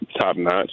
top-notch